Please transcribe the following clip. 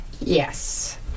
Yes